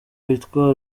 witwa